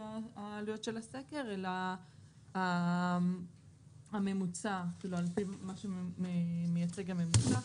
העלויות של הסקר אלא על פי מה שמייצג הממוצע.